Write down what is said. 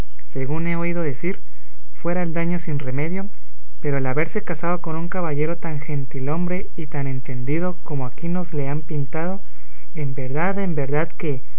según he oído decir fuera el daño sin remedio pero el haberse casado con un caballero tan gentilhombre y tan entendido como aquí nos le han pintado en verdad en verdad que